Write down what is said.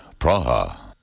Praha